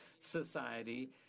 society